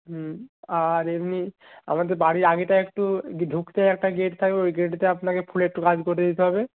হুম আর এমনি আমাদের বাড়ির আগেটা একটু ঢুকতে একটা গেট থাকবে ওই গেট দিয়ে আপনাকে ফুলের একটু কাজ করে দিতে হবে